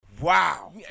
Wow